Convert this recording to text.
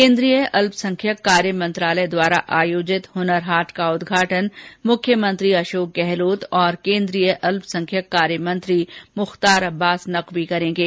केन्द्रीय अल्पसंख्यक कार्य मंत्रालय द्वारा आयोजित हनर हाट का उदघाटन मुख्यमंत्री अशोक गहलोत और केन्द्रीय अल्पसंख्यक कार्य मंत्री मुख्तार अब्बास नकवी करेंगे